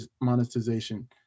monetization